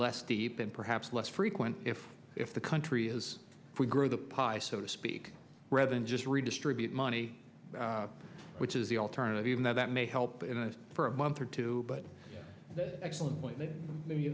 less steep and perhaps less frequent if if the country is if we grow the pie so to speak rather than just redistribute money which is the alternative even though that may help for a month or two but excellent point ma